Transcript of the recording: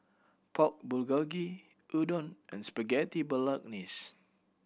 Pork Bulgogi Udon and Spaghetti Bolognese